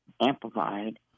amplified